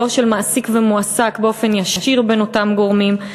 לא של מעסיק ומועסק באופן ישיר בין אותם גורמים.